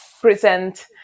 present